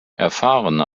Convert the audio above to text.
erfahrene